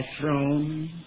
throne